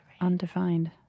undefined